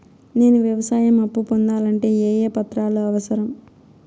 నేను వ్యవసాయం అప్పు పొందాలంటే ఏ ఏ పత్రాలు అవసరం?